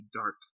dark